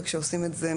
וכשעושים את זה,